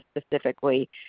specifically